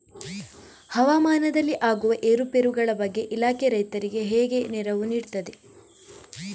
ಹವಾಮಾನದಲ್ಲಿ ಆಗುವ ಏರುಪೇರುಗಳ ಬಗ್ಗೆ ಇಲಾಖೆ ರೈತರಿಗೆ ಹೇಗೆ ನೆರವು ನೀಡ್ತದೆ?